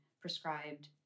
prescribed